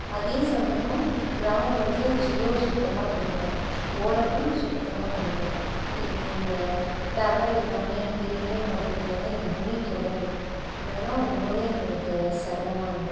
அதே சமயம் கிராமப்புறத்தில் ஜியோ சுத்தமா கிடைக்காது வோடஃபோன் சுத்தமாக கிடைக்காது இதுக்கு இந்த டவர் எல்லாம் எங்கள் ஏரியா பக்கத்தில் தான் எதுவும் கிடையாது இதெல்லாம் ரொம்பவே எங்களுக்கு சிரமமா இருக்கும்